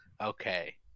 Okay